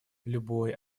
любое